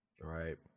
Right